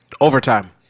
Overtime